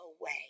away